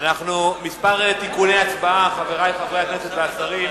כמה תיקוני הצבעה, חברי חברי הכנסת והשרים.